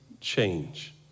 change